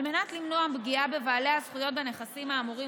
על מנת למנוע פגיעה בבעלי הזכויות בנכסים האמורים